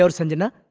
so sanjana!